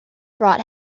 brought